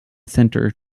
center